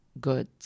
good